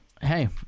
hey